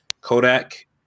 Kodak